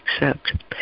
accept